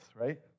right